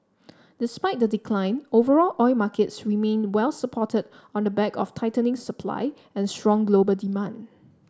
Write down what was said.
despite the decline overall oil markets remained well supported on the back of tightening supply and strong global demand